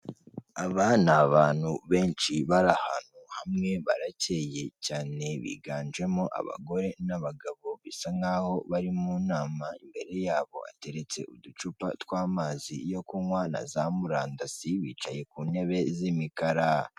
Aba ni abantu benshi, bari ahantu hamwe, baracye cyane, biganjemo abagore n'abagabo, bisa nkaho bari mu nama, imbere yabo hateretse uducupa tw'amazi yo kunywa, na za murandasi, bicaye ku ntebe z'imikara.